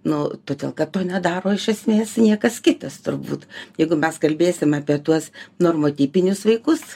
nu todėl kad to nedaro iš esmės niekas kitas turbūt jeigu mes kalbėsim apie tuos normotipinius vaikus